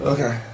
Okay